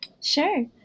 Sure